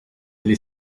les